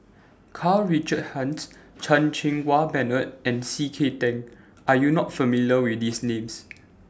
Karl Richard Hanitsch Chan Cheng Wah Bernard and C K Tang Are YOU not familiar with These Names